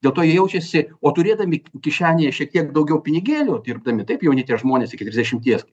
dėl to jie jaučiasi o turėdami kišenėje šiek tiek daugiau pinigėlių dirbdami taip jauni tie žmonės iki trisdešimties